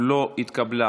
לא התקבלה.